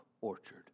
orchard